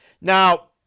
Now